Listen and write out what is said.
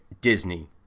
Disney